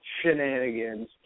shenanigans